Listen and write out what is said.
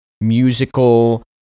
musical